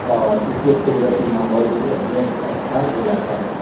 اور اسی قدرتی ماحول کی اہمیت کا احساس دلاتا ہے